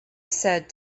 said